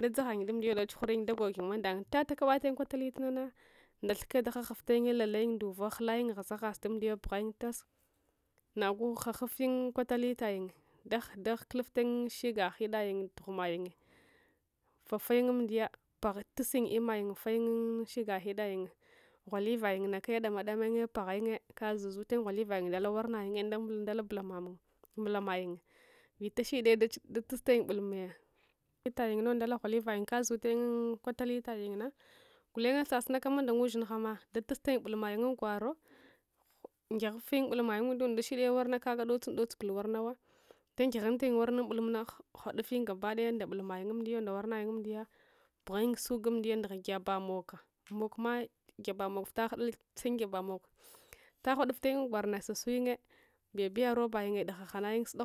ɗaɗaghayung dumdiyo datsughuruyung dagoguyung mandangye vita takabayung kwatalite na na nda thuke ghaghuvtayun lalayung nduka ghulayun ghazaghaz dumdi yo bughayung tas nagu ghuvyun kwatalitayun dah dah kuluftayung shiga ghidayung nda dughungayun fa funyung amdiya panstusyung imsyung vafayung shigayung ghidayun ghwelvayung nakaya damadamayung paghayung kazazul ayum ghwalwsyung ndale warnayung nda mbulamamung vita slide dachudustayung datusta yung bulme gla fitayung nau ndala ghwalivayung kazutsyung unkwata lilayung na gulenye sesunaka mandang uslinhama datuslayung bulngayung umgwaro ngehuvyung mbulmayung unda undashide gwama kaga dotsun dotsul warna wo tagighunuayung unwarna unbulmuna ghwadufyun gabadaya nda bulmayung umdiya nda warnayun amdiya bughunyung shuga amdiya ndagyaba moka mokm gyabsmok vlta ghudul funyung gyabamoka vila ghwaduft ayung gwarns sasutayungye bebiya robayungye dehaghanayung sudaghuva